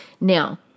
Now